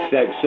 Sex